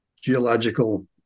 geological